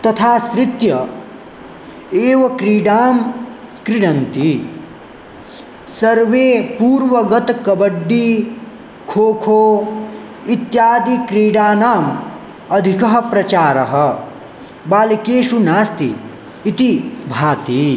तदाश्रित्य एव क्रीडां क्रीडन्ति सर्वे पूर्वगतकबड्डी खो खो इत्यादिक्रीडानाम् अधिकः प्रचारः बालकेषु नास्ति इति भाति